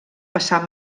passar